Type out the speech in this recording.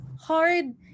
hard